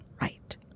right